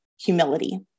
humility